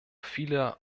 viele